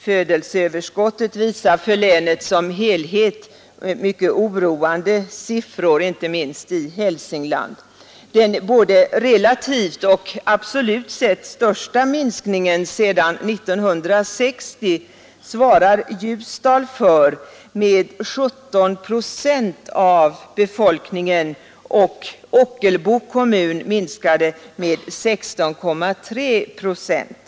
Födelseöverskottet visar för länet som helhet mycket oroande siffror, inte minst i Hälsingland. Den både relativt och absolut sett största minskningen sedan 1960 svarar Ljusdal för med 17 procent av befolkningen, medan Ockelbo kommun minskade med 16,3 procent.